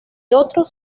otros